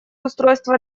устройства